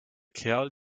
kerl